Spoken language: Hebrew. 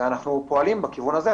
ואנחנו פועלים בכיוון הזה.